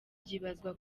byibazwa